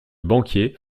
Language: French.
banquier